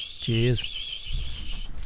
cheers